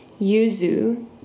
yuzu